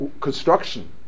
construction